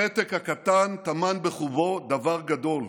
הפתק הקטן טמן בחובו דבר גדול: